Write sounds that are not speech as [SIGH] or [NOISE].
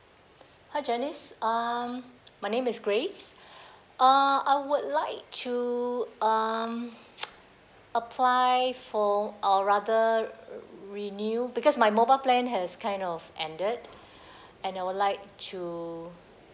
hi janice um my name is grace uh I would like to um [NOISE] apply for or rather renew because my mobile plan has kind of ended [BREATH] and I would like to